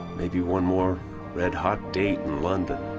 maybe one more red-hot date in london.